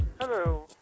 Hello